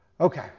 Okay